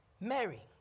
Mary